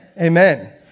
Amen